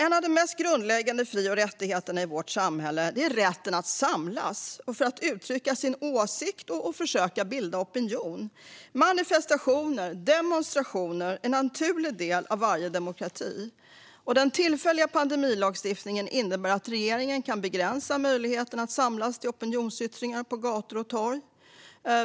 En av de mest grundläggande fri och rättigheterna i vårt samhälle är rätten att samlas för att uttrycka sin åsikt och försöka bilda opinion. Manifestationer och demonstrationer är en naturlig del av varje demokrati. Den tillfälliga pandemilagstiftningen innebär att regeringen kan begränsa möjligheterna att samlas till opinionsyttringar på gator och torg.